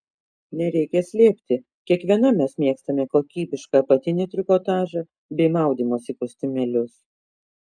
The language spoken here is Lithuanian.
nereikia slėpti kiekviena mes mėgstame kokybišką apatinį trikotažą bei maudymosi kostiumėlius